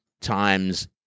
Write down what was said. times